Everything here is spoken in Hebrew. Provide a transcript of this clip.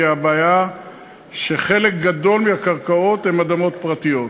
היא שחלק גדול מהקרקעות הוא אדמות פרטיות.